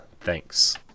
Thanks